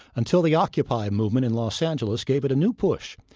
until the occupy movement in los angeles gave it a new push.